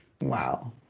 Wow